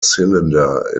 cylinder